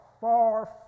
far